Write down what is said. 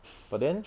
but then